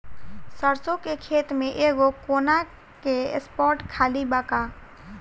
सरसों के खेत में एगो कोना के स्पॉट खाली बा का?